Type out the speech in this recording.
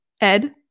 Ed